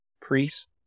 Priests